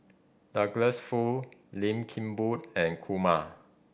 Douglas Foo Lim Kim Boon and Kumar